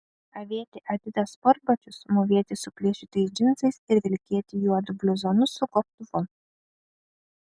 avėti adidas sportbačius mūvėti suplėšytais džinsais ir vilkėti juodu bluzonu su gobtuvu